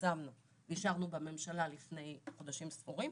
שפרסמנו ואישרנו בממשלה לפני חודשים ספורים,